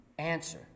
Answer